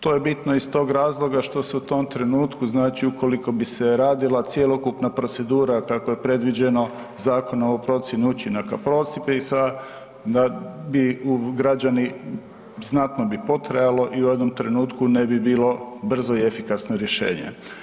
To je bitno iz tog razloga što se u tom trenutku, znači ukoliko bi se radila cjelokupna procedura kako je predviđeno Zakonom o procijeni učinaka propisa da bi građani, znatno bi potrajalo i u jednom trenutku ne bi bilo brzo i efikasno rješenje.